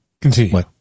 Continue